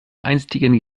einstigen